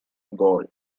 gall